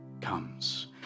comes